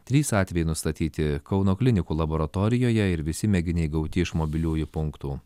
trys atvejai nustatyti kauno klinikų laboratorijoje ir visi mėginiai gauti iš mobiliųjų punktų